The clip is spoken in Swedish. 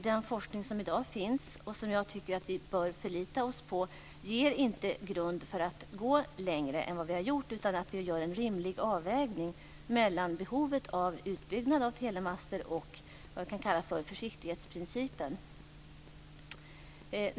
Den forskning som i dag finns och som jag tycker att vi bör förlita oss på ger inte grund för att gå längre än vad vi har gjort, utan vi gör en rimlig avvägning mellan behovet av utbyggnad av telemaster och det man kan kalla för försiktighetsprincipen.